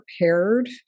prepared